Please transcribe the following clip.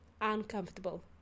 uncomfortable